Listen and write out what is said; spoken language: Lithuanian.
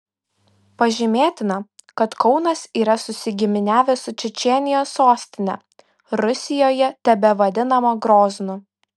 pažymėtina kad kaunas yra susigiminiavęs su čečėnijos sostine rusijoje tebevadinama groznu